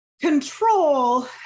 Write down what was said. control